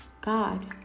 God